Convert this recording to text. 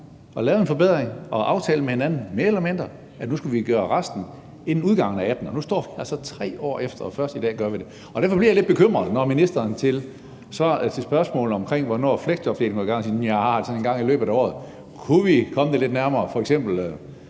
og lavede en forbedring og aftalte med hinanden – mere eller mindre – at vi skulle gøre resten inden udgangen af 2018, og nu står vi altså her 3 år efter og gør det først i dag. Derfor bliver jeg lidt bekymret, når ministerens svar på spørgsmålet om, hvornår fleksjobdelen går i gang, er: Nja, sådan en gang i løbet af året. Kunne vi komme det lidt nærmere? Inden